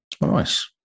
Nice